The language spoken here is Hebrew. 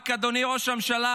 רק אדוני ראש הממשלה,